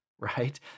right